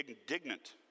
indignant